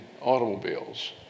automobiles